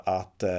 att